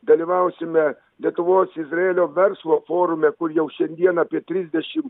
dalyvausime lietuvos izraelio verslo forume kur jau šiandien apie trisdešim